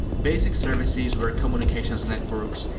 basic services were communications networks,